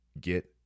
get